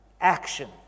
action